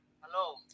Hello